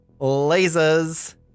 lasers